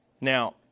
Now